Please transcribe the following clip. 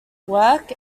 work